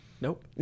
Nope